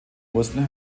mussten